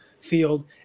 field